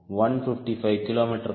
155 kmh